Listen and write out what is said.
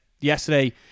yesterday